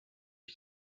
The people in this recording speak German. ich